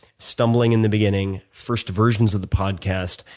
stumbling in the beginning, first versions of the podcast,